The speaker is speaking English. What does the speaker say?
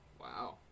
Wow